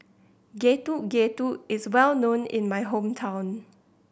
Getuk Getuk is well known in my hometown